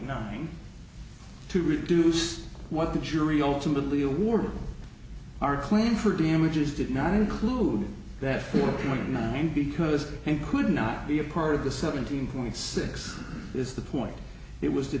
nothing to reduce what the jury ultimately awarded our claim for damages did not include that four point nine because he could not be a part of the seventeen point six is the point it was